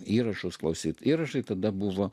įrašus klausyti įrašai tada buvo